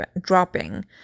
dropping